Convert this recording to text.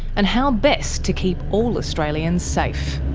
and how best to keep all australians safe.